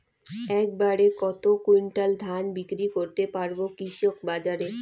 এক বাড়ে কত কুইন্টাল ধান বিক্রি করতে পারবো কৃষক বাজারে?